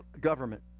government